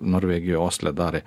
norvegijoj osle darė